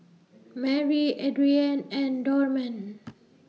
Marry Adrianne and Dorman